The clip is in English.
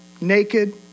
Naked